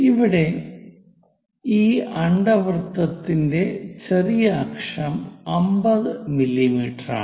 ഇവിടെ ഈ അണ്ഡവൃത്തത്തിന്റെ ചെറിയ അക്ഷം 50 മില്ലീമീറ്ററാണ്